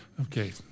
Okay